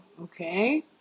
Okay